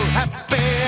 happy